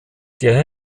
der